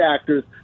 actors